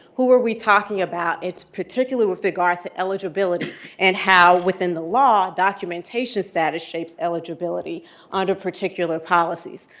who are we talking about? it's particularly with regard to eligibility and how, within the law, documentation status shapes eligibility under particular policies.